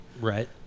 Right